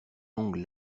longue